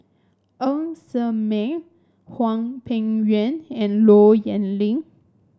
Ng Ser Miang Hwang Peng Yuan and Low Yen Ling